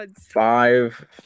five